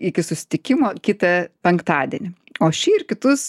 iki susitikimo kitą penktadienį o šį ir kitus